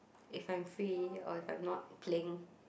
if I'm free or if I'm not playing